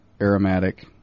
aromatic